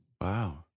Wow